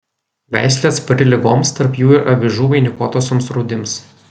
veislė atspari ligoms tarp jų ir avižų vainikuotosioms rūdims